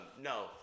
No